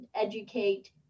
educate